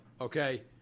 Okay